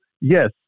yes